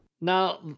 Now